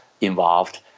involved